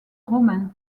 romains